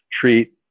treat